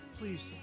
please